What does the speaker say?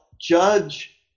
judge